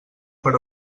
per